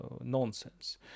nonsense